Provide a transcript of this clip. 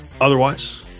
otherwise